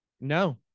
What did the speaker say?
No